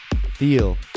Feel